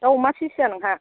दा अमा फिसिया नोंहा